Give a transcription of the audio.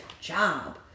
job